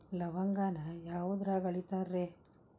ಲವಂಗಾನ ಯಾವುದ್ರಾಗ ಅಳಿತಾರ್ ರೇ?